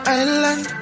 island